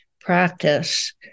practice